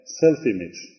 self-image